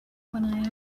when